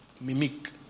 mimic